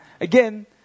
Again